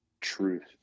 truth